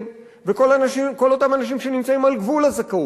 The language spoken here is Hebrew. ולכל אותם אנשים שנמצאים על גבול הזכאות,